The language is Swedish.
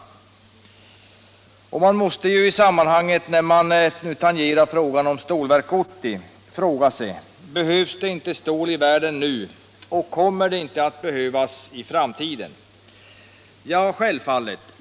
Jag måste fråga, när vi tangerar frågan om Stålverk 80: Behövs det inte stål i världen nu, och kommer det inte att behövas i framtiden? Jo, självfallet.